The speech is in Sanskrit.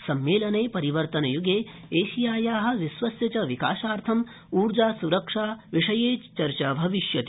सम्मेलने परिवर्तन युगे एशियाया विश्वस्य च विकासार्थं ऊर्जा सुरक्षा विषये चर्चा भविष्यति